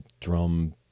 drum